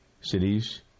cities